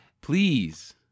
Please